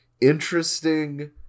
interesting